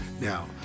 Now